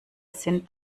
sind